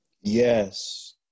Yes